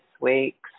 week's